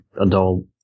adult